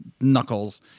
Knuckles